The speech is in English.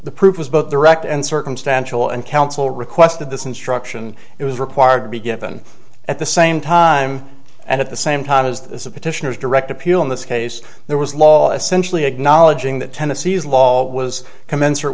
direct and circumstantial and counsel requested this instruction it was required to be given at the same time and at the same time as the petitioners direct appeal in this case there was law essentially acknowledging that tennessee's law was commensurate